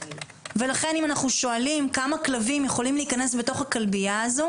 ולכן אם אנחנו שואלים: כמה כלבים יכולים להיכנס בתוך הכלבייה הזו,